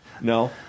No